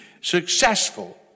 successful